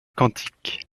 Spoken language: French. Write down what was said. quantique